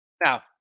Now